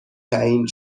تعیین